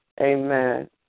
Amen